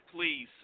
please